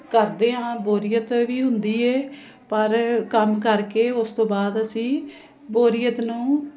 ਕਰਦੇ ਹਾਂ ਬੋਰੀਅਤ ਵੀ ਹੁੰਦੀ ਹੈ ਪਰ ਕੰਮ ਕਰਕੇ ਉਸ ਤੋਂ ਬਾਅਦ ਅਸੀਂ ਬੋਰੀਅਤ ਨੂੰ